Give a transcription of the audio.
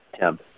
Tim